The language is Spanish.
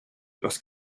los